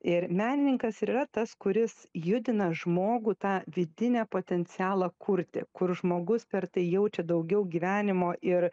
ir menininkas ir yra tas kuris judina žmogų tą vidinį potencialą kurti kur žmogus per tai jaučia daugiau gyvenimo ir